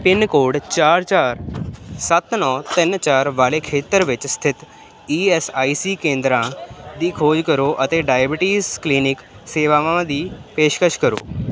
pin code ਚਾਰ ਚਾਰ ਸੱਤ ਨੌਂ ਤਿੰਨ ਚਾਰ ਵਾਲੇ ਖੇਤਰ ਵਿੱਚ ਸਥਿਤ ਈ ਐੱਸ ਆਈ ਸੀ ਕੇਂਦਰਾਂ ਦੀ ਖੋਜ ਕਰੋ ਅਤੇ ਡਾਇਬੀਟੀਜ਼ ਕਲੀਨਿਕ ਸੇਵਾਵਾਂ ਦੀ ਪੇਸ਼ਕਸ਼ ਕਰੋ